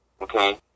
Okay